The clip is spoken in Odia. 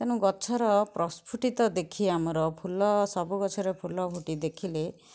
ତେଣୁ ଗଛର ପ୍ରସ୍ଫୁଟିତ ଦେଖି ଆମର ଫୁଲ ସବୁ ଗଛରେ ଫୁଲ ଫୁଟି ଦେଖିଲେ